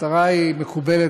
המטרה מקובלת,